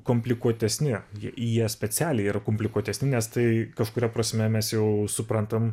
komplikuotesni jie specialiai yr komplikuotesni nes tai kažkuria prasme mes jau suprantam